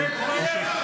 לך.